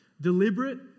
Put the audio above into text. Deliberate